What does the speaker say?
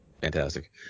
Fantastic